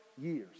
years